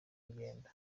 rugendo